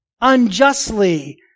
unjustly